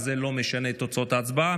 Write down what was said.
זה לא משנה את תוצאות ההצבעה.